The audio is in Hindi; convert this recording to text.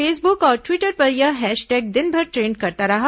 फेसबुक और ट्वीटर पर यह हैशटैग दिनभर ट्रेंड करता रहा